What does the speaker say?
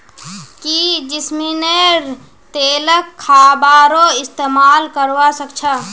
की जैस्मिनेर तेलक खाबारो इस्तमाल करवा सख छ